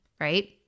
right